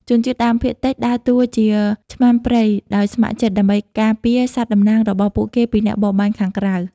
ជនជាតិដើមភាគតិចដើរតួជា "ឆ្មាំព្រៃ" ដោយស្ម័គ្រចិត្ត ដើម្បីការពារសត្វតំណាងរបស់ពួកគេពីអ្នកបរបាញ់ខាងក្រៅ។